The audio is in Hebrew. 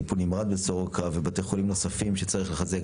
טיפול נמרץ בסורוקה ובתי חולים נוספים שצריך לחזק,